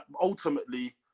Ultimately